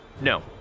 No